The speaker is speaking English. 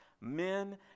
Men